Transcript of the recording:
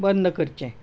बंद करचें